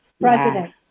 President